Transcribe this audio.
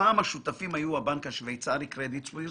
הפעם השותפים היו הבנק השוויצרי קרדיט סוויס